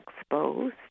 exposed